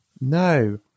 No